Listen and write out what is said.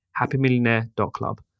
happymillionaire.club